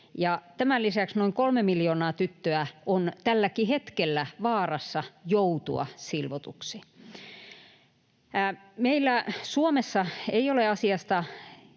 Tämän lisäksi noin kolme miljoonaa tyttöä on tälläkin hetkellä vaarassa joutua silvotuksi. Meillä Suomessa ei ole asiasta